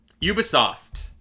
Ubisoft